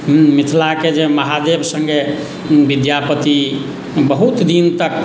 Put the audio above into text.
हँ मिथिलाके जे महादेव सङ्गे विद्यापति बहुत दिन तक